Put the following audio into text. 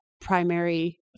primary